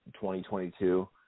2022